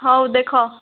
ହେଉ ଦେଖ